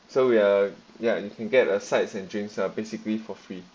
so we are ya you can get a sides and drinks ah basically for free